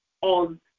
on